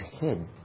head